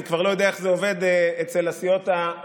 אני כבר לא יודע איך זה עובד אצל הסיעות הערביות,